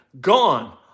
gone